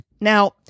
Now